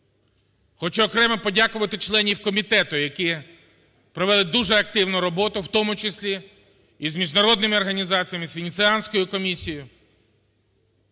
Хочу окремо подякувати членів комітету, які провели дуже активну роботу, у тому числі і з міжнародними організаціями, з Венеціанською комісією,